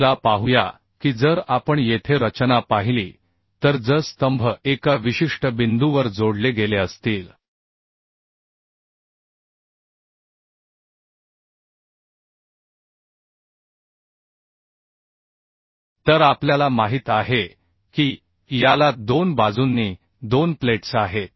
चला पाहूया की जर आपण येथे रचना पाहिली तर जर स्तंभ एका विशिष्ट बिंदूवर जोडले गेले असतील तर आपल्याला माहित आहे की याला दोन बाजूंनी दोन प्लेट्स आहेत